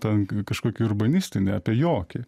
ten kažkokį urbanistinį apie jokį